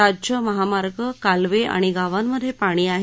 राज्य महामार्ग कालवे आणि गावांमधे पाणी आहे